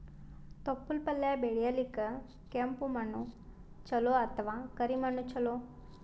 ತೊಪ್ಲಪಲ್ಯ ಬೆಳೆಯಲಿಕ ಕೆಂಪು ಮಣ್ಣು ಚಲೋ ಅಥವ ಕರಿ ಮಣ್ಣು ಚಲೋ?